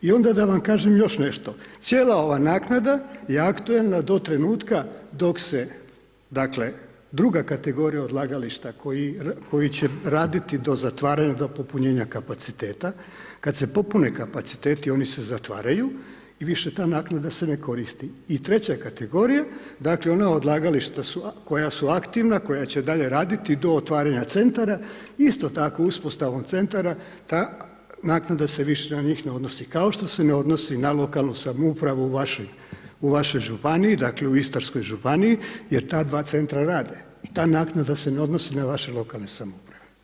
I onda da vam kažem još nešto, cijela ova naknada je aktualna do trenutka dok se, dakle, druga kategorija odlagališta koji će raditi do zatvaranja, do popunjenja kapaciteta, kad se popune kapaciteti oni se zatvaraju i više ta naknada se ne koristi i treća kategorija, dakle, ona odlagališta koja su aktivna, koja će dalje raditi do otvaranja centara, isto tako uspostavom centara ta naknada se više na njih ne odnosi, kao što se ne odnosi na lokalnu samoupravu u vašoj Županiji, dakle u Istarskoj županiji, jer ta dva centra rade, ta naknada se ne odnosi na vaše lokalne samouprave.